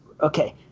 okay